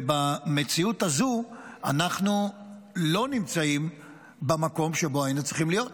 ובמציאות הזו אנחנו לא נמצאים במקום שבו היינו צריכים להיות.